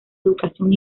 educación